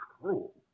cruel